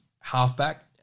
halfback